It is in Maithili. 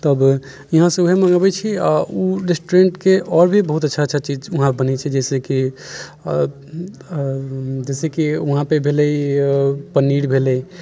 तब इहाँ से ओएह मंगबैत छी आ ओ रेस्टुरेन्टके आओर भी बहुत अच्छा अच्छा चीज वहाँ बनैत छै जैसेकि वहाँ पे भेलै पनीर भेलै